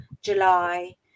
July